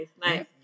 nice